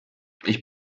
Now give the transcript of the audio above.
ich